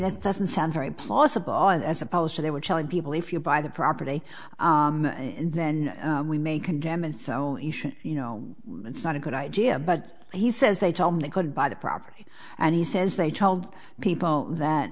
that doesn't sound very plausible as opposed to they were telling people if you buy the property then we may condemn it so you know it's not a good idea but he says they told him they could buy the property and he says they told people that